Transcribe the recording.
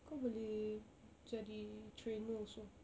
kau boleh jadi trainer also